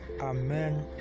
Amen